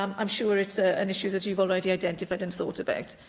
um i'm sure it's ah an issue that you've already identified and thought about,